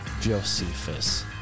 Josephus